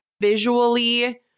visually